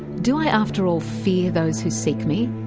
do i after all fear those who seek me?